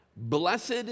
blessed